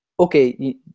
okay